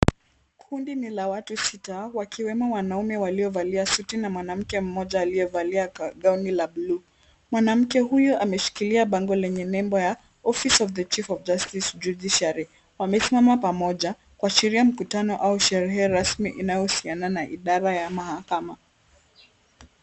Kundi ni la watu sita, wakiwemo wanaume waliovalia suti na mwanamke mmoja aliyevalia gauni la buluu. Mwanamke huyo ameshikilia bango lenye nembo ya office of the chief of the justice judiciary . Wamesimama pamoja, kuashiria mkutano au sherehe rasmi inayohusiana na idara ya mahakama.